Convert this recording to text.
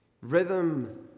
Rhythm